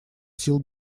сил